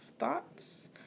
Thoughts